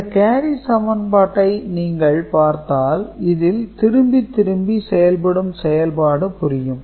இந்த கேரி சமன்பாட்டை நீங்கள் பார்த்தால் இதில் திரும்பி திரும்பி செயல்படும் செயல்பாடு புரியும்